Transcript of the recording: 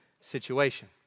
situation